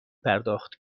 پرداخت